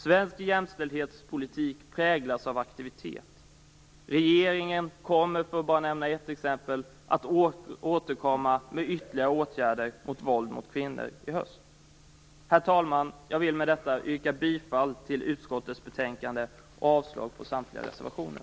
Svensk jämställdhetspolitik präglas av aktivitet. Regeringen återkommer till hösten, för att nu ge ett exempel, med ytterligare åtgärder mot våld mot kvinnor. Herr talman! Med detta yrkar jag bifall till hemställan i utskottets betänkande och avslag på samtliga reservationer.